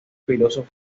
filósofo